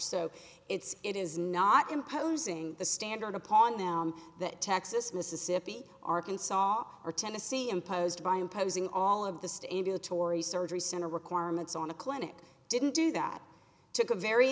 so it's it is not imposing the standard upon them that texas mississippi arkansas or tennessee imposed by imposing all of the stimulatory surgery center requirements on the clinic didn't do that took a very